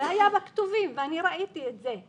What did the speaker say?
זה היה בכתובים ואני ראיתי את זה,